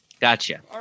Gotcha